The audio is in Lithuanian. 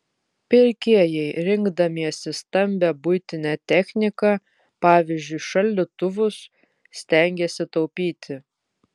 pirkėjai rinkdamiesi stambią buitinę techniką pavyzdžiui šaldytuvus stengiasi taupyti